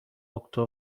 اکتبر